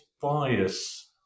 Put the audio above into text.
bias